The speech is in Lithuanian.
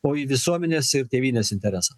o į visuomenės ir tėvynės interesą